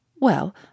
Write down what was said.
Well